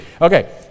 Okay